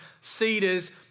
cedars